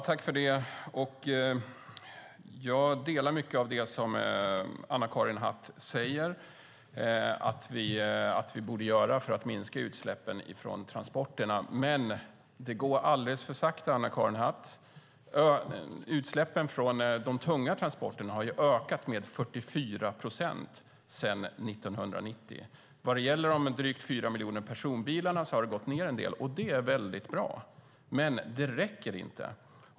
Herr talman! Jag håller med om mycket av det som Anna-Karin Hatt säger om att vi borde göra för att minska utsläppen från transporterna, men det går för alldeles för sakta, Anna-Karin Hatt. Utsläppen från de tunga transporterna har ökat med 44 procent sedan 1990. När det gäller de drygt fyra miljoner personbilarna har det gått ned en del. Det är mycket bra, men det räcker inte.